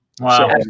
Wow